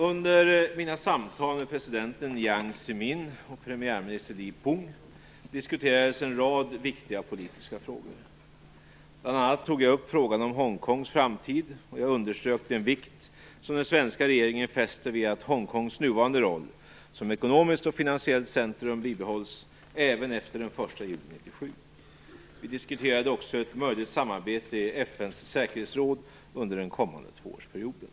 Under mina samtal med presidenten Jiang Zemin och premiärminister Li Peng diskuterades en rad viktiga politiska frågor. Bl.a. tog jag upp frågan om Hongkongs framtid. Jag underströk den vikt som den svenska regeringen fäster vid att Hongkongs nuvarandes roll som ekonomiskt och finansiellt centrum bibehålls även efter den 1 juni 1997. Vi diskuterade också ett möjligt samarbete i FN:s säkerhetsråd under den kommande tvåårsperioden.